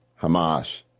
Hamas